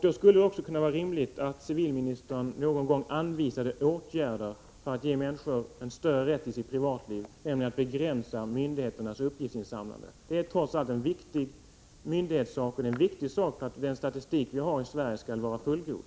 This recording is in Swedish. Då skulle det också kunna vara rimligt att civilministern någon gång anvisade åtgärder för att genom att begränsa myndigheternas uppgiftsinsamlande ge människor en större rätt till sitt privatliv. Det är trots allt viktigt, för myndigheter och andra, att den statistik som vi har i Sverige är fullgod.